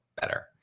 better